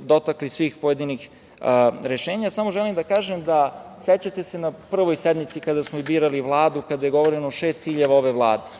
dotakli svih pojedinih rešenja, samo želim da kažem, sećate se na prvoj sednici kada smo birali Vladu kada je govoreno o šest ciljeva ove Vlade,